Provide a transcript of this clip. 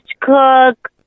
cook